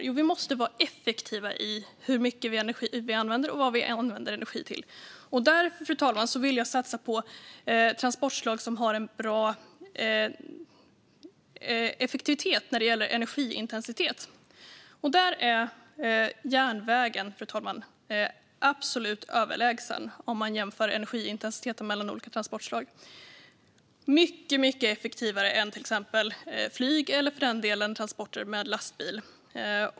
Jo, vi måste vara effektiva i hur mycket energi vi använder och vad vi använder energi till. Därför vill jag satsa på transportslag som har hög effektivitet när det gäller energiintensitet. Här är järnvägen absolut överlägsen, om man jämför energiintensitet mellan olika transportslag. Den är mycket effektivare än flyg och lastbil.